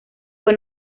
fue